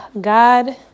God